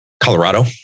Colorado